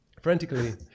frantically